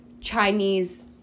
Chinese